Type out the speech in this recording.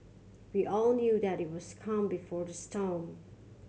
we all knew that it was calm before the storm